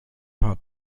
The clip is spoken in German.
paar